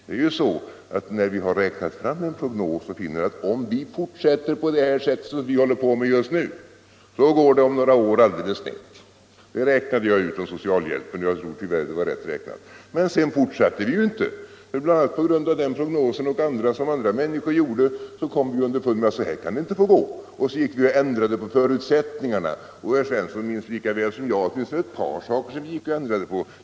När man har räknat fram en prognos kan vi finna att om vi fortsätter på det sält som vi gör nu så kommer det att gå alldeles snett om några år. Det räknade jag ut om socialhjälpen, jag tror tyvärr att det var rätt räknat. Men sedan fortsatte vi inte; bl.a. med hjälp av denna och andra prognoser kom vi underfund med att det inte kunde fortsätta på detta sätt. Då ändrade vi förutsättningarna. OcK herr Svensson minns lika väl som jag att det fanns en del saker som det inte gick att ändra på.